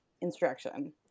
instruction